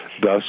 Thus